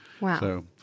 Wow